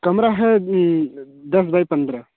कमरा है दस बाई पंद्रह